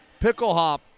Picklehop